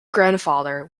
grandfather